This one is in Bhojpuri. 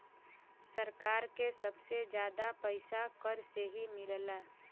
सरकार के सबसे जादा पइसा कर से ही मिलला